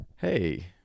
Hey